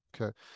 Okay